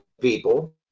people